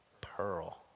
pearl